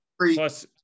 plus